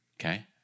okay